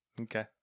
Okay